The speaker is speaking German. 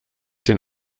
den